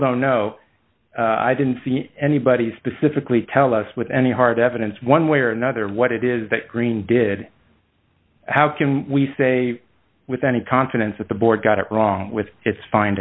don't know i didn't see anybody specifically tell us with any hard evidence one way or another what it is that green did how can we say with any confidence that the board got it wrong with its fin